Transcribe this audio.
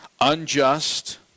unjust